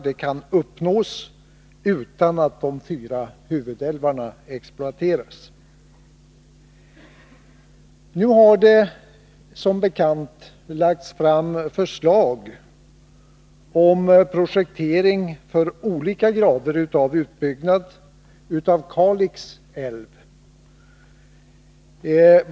Det kan uppnås utan att de fyra huvudälvarna exploateras. Nu har det som bekant lagts fram förslag om projektering för olika grader av utbyggnad av Kalix älv.